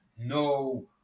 no